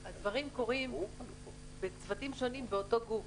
הדברים קורים בצוותים שונים באותו גוף